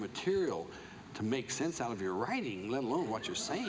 material to make sense out of your writing let alone what you're saying